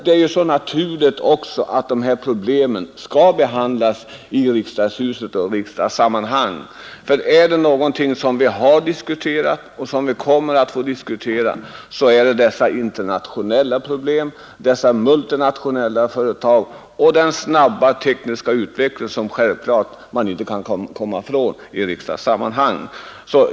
Det är emellertid naturligt att problemen behandlas i riksdagen. Om det är någonting som vi har diskuterat och kommer att få diskutera här är det de internationella problem som de multinationella företagen och den snabba tekniska utvecklingen för med sig. Vi kan inte gå förbi dessa problem i riksdagen.